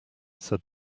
said